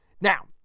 Now